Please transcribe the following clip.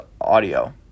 audio